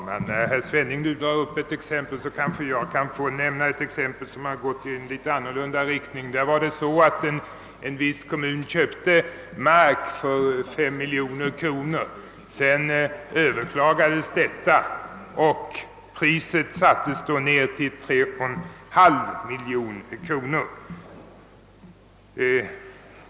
Herr talman! När herr Svenning nu anför ett exempel, kanske jag kan få nämna ett som går i något annan riktning. En viss kommun köpte mark för 53 miljoner kronor. Köpet överklagades senare och priset sattes då ned till 3,5 miljoner kronor.